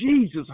Jesus